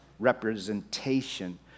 representation